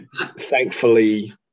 Thankfully